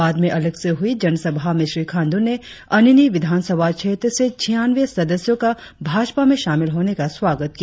बाद में अलग से हुई जन सभा में श्री खांडू ने अनिनि विधानसभा क्षेत्र से छियानवें सदस्यों को भाजपा में शामिल होने का स्वागत किया